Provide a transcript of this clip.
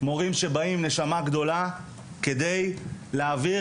מורים שבאים עם נשמה גדולה כדי להעביר